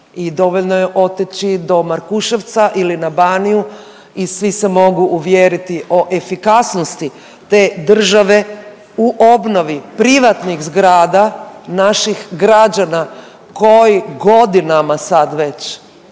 i dovoljno je otići do Markuševca ili na Baniju i svi se mogu uvjeriti o efikasnosti te države u obnovi privatnih zgrada naših građana koji godinama sad već